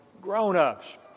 grown-ups